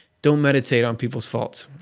don't meditate on people's faults.